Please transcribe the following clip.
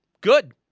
good